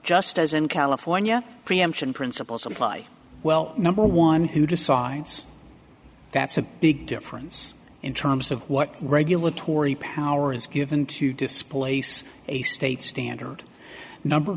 just as in california preemption principles apply well number one who decides that's a big difference in terms of what regulatory power is given to displace a state standard number